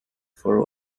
for